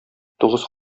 тугыз